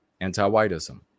anti-whiteism